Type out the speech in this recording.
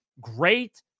great